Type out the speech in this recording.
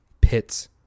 pits